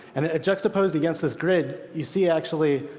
and juxtaposed against this grid, you see actually,